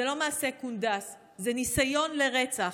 זה לא מעשה קונדס, זה ניסיון לרצח.